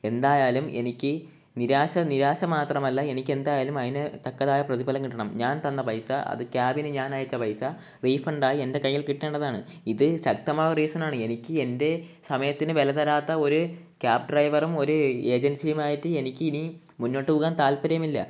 എന്തായാലും എനിക്ക് നിരാശ നിരാശ മാത്രമല്ല എനിക്ക് എന്തായാലും അതിനു തക്കതായ പ്രതിഫലം കിട്ടണം ഞാൻ തന്ന പൈസ അത് ക്യാബിന് ഞാൻ അയച്ച പൈസ റീഫണ്ടായി എൻ്റെ കയ്യിൽ കിട്ടേണ്ടതാണ് ഇത് ശക്തമായ റീസണാണ് എനിക്ക് എൻ്റെ സമയത്തിനു വില തരാത്ത ഒരു ക്യാബ് ഡ്രൈവറും ഒരു ഏജൻസിയുമായിട്ട് എനിക്ക് ഇനി മുന്നോട്ടു പോകാൻ താത്പര്യമില്ല